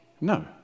No